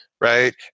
right